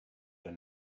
that